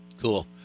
Cool